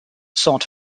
sought